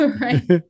Right